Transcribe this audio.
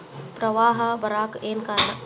ಪ್ರವಾಹ ಬರಾಕ್ ಏನ್ ಕಾರಣ?